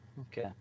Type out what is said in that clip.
Okay